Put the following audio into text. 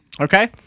Okay